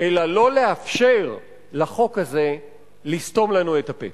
אלא לא לאפשר לחוק הזה לסתום לנו את הפה.